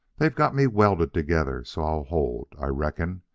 they've got me welded together so i'll hold, i reckon.